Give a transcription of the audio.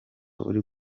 uri